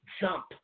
jump